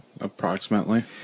Approximately